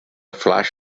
flash